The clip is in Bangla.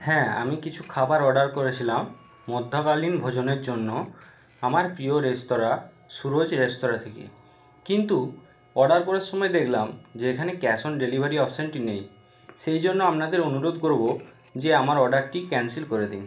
হ্যাঁ আমি কিছু খাবার অর্ডার করেছিলাম মধ্যকালীন ভোজনের জন্য আমার প্রিয় রেস্তোরাঁ সুরুচি রেস্তোরাঁ থেকে কিন্তু অর্ডার করার সময় দেখলাম যে এখানে ক্যাশ অন ডেলিভারি অপশানটি নেই সেই জন্য আপনাদের অনুরোধ করবো যে আমার অর্ডারটি ক্যান্সেল করে দিন